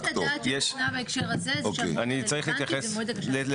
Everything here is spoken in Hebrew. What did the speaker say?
חוות הדעת שהוצאה בהקשר הזה זה שהמועד הרלוונטי זה מועד הגשת הבקשה.